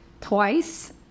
twice